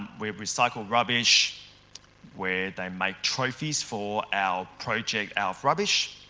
we've recycled rubbish where they make trophies for our project out of rubbish.